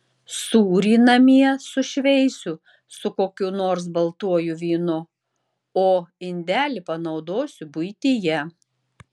sūrį namie sušveisiu su kokiu nors baltuoju vynu o indelį panaudosiu buityje